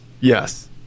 Yes